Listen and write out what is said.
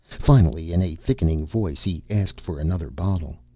finally, in a thickening voice, he asked for another bottle.